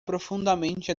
profundamente